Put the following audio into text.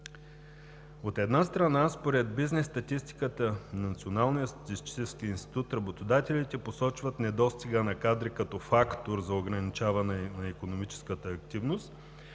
От една страна, според бизнес статистиката на Националния статистически институт, работодателите посочват недостига на кадри като фактор за ограничаване на икономическата активност,